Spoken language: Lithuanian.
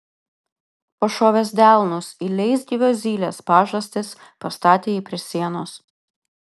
pašovęs delnus į leisgyvio zylės pažastis pastatė jį prie sienos